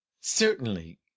Certainly